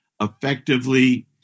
effectively